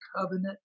covenant